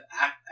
act